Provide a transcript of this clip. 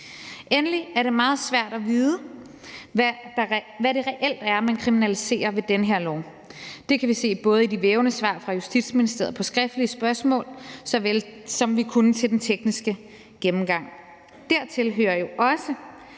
Endelig er det meget svært at vide, hvad det reelt er, man kriminaliserer med den her lov. Det kan vi se i de vævende svar fra Justitsministeriet på skriftlige spørgsmål, så vel som vi kunne se det i den tekniske gennemgang. Dertil hører jo også,